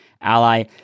Ally